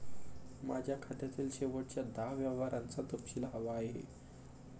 माझ्या खात्यातील शेवटच्या दहा व्यवहारांचा तपशील हवा आहे